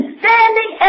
standing